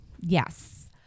yes